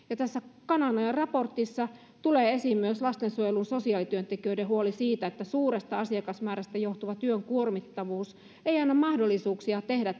ja tässä kananojan raportissa tulee esiin myös lastensuojelun sosiaalityöntekijöiden huoli siitä että suuresta asiakasmäärästä johtuva työn kuormittavuus ei anna mahdollisuuksia tehdä